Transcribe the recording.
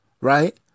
Right